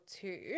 two